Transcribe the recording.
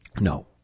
No